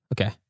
Okay